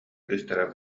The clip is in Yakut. кыыстара